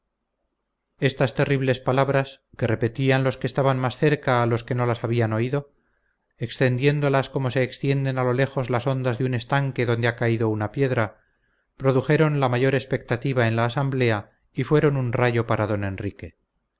estas terribles palabras que repetían los que estaban más cerca a los que no las habían oído extendiéndolas como se extienden a lo lejos las ondas de un estanque donde ha caído una piedra produjeron la mayor expectativa en la asamblea y fueron un rayo para don enrique